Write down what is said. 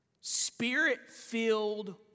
spirit-filled